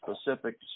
specifics